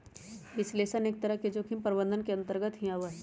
विश्लेषण एक तरह से जोखिम प्रबंधन के अन्तर्गत भी आवा हई